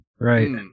right